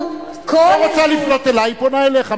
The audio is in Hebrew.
היא לא רוצה לפנות אלי, היא פונה אליך.